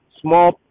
small